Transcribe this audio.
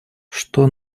что